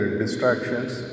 distractions